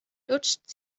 lutscht